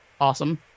awesome